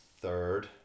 third